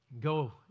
Go